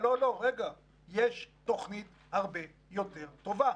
יש תוכנית הרבה יותר טובה.